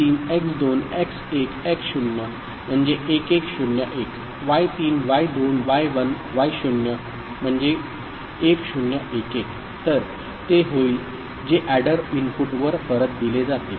x3x2x1x0 1101 y3y2y1y0 1011 तर ते होईल जे एडर इनपुटवर परत दिले जातील